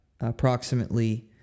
approximately